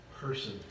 person